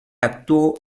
actuó